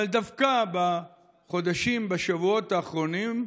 אבל דווקא בחודשים, בשבועות האחרונים,